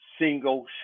single